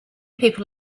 people